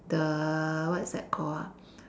the what is that call ah